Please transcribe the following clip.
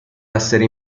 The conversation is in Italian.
essere